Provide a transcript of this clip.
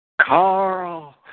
Carl